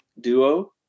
duo